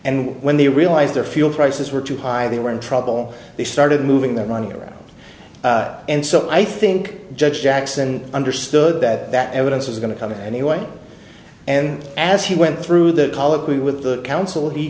and when they realized their fuel prices were too high they were in trouble they started moving their money around and so i think judge jackson understood that that evidence was going to come in anyway and as he went through the colloquy with the counsel he